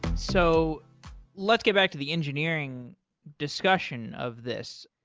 so let's get back to the engineering discussion of this.